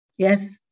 Yes